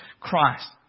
Christ